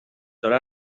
داره